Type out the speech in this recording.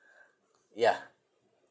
yeah